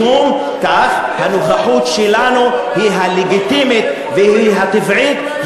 משום כך האזרחות שלנו היא הלגיטימית והיא הטבעית,